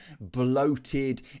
bloated